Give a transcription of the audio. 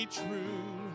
true